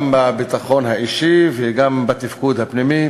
גם בביטחון האישי וגם בתפקוד הפנימי.